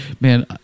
man